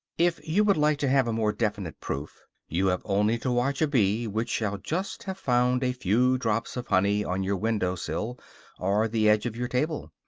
if you would like to have a more definite proof, you have only to watch a bee which shall just have found a few drops of honey on your window-sill or the edge of your table.